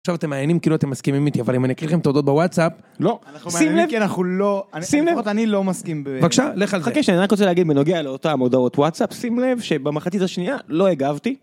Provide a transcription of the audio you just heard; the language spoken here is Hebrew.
עכשיו אתם מהנהנים כאילו אתם מסכימים איתי אבל אם אני אקריא לכם את הודעות בוואטסאפ, לא, שים לב, כן אנחנו לא, שים לב, אני לא מסכים ב... בבקשה, לך על זה, חכה שאני רק רוצה להגיד בנוגע לאותן הודעות וואטסאפ, שים לב שבמחתית השנייה לא הגבתי